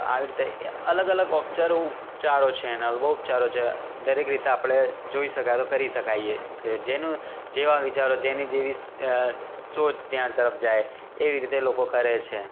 આવી રીતે અલગ અલગ ઉપચરો ઉપચારો છે એના બહુ ઉપચારો છે દરેક રીતે આપણે જોઇ શકાય તો કરી શકાય એ કે જેનું જેવા વિચારો જેની જેવી સોચ જ્યાં તરફ જાય એવી રીતે લોકો કરે છે